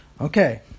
Okay